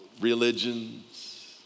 religions